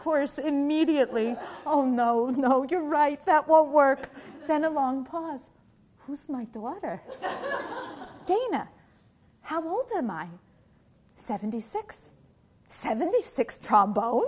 course immediately oh no no you're right that won't work then a long pause who's like the water dana how old am i seventy six seventy six trombone